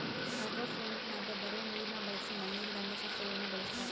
ಹೈಡ್ರೋಫೋನಿಕ್ಸ್ನಾಗ ಬರೇ ನೀರ್ನ ಬಳಸಿ ಮಣ್ಣಿಲ್ಲದಂಗ ಸಸ್ಯಗುಳನ ಬೆಳೆಸತಾರ